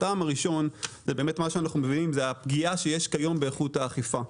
הטעם הראשון הוא הפגיעה שיש כיום באיכות האכיפה.